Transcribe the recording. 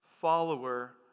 follower